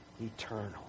eternal